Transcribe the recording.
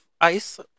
ice